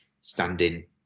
standing